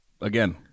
again